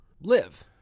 live